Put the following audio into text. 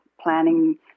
planning